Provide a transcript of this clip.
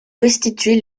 restituer